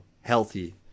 healthy